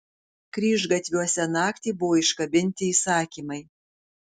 kryžgatviuose naktį buvo iškabinti įsakymai